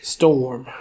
Storm